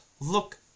look